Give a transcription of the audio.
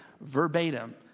verbatim